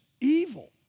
evil